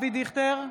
אבי דיכטר,